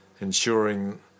ensuring